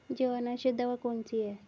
जवारनाशक दवा कौन सी है?